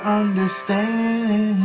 understand